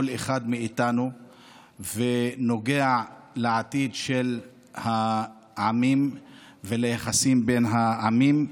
אחד מאיתנו ונוגע לעתיד של העמים וליחסים בין העמים.